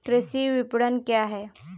कृषि विपणन क्या है?